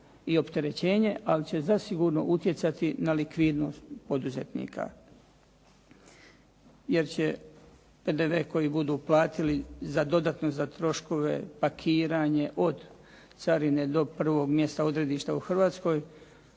i opterećenje. Ali će zasigurno utjecati na likvidnost poduzetnika. Jer će PDV koji budu platili za dodatno za troškove pakiranje od carine do prvog mjesta odredišta u Hrvatskoj